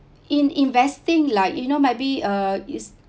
in investing like you know might be uh is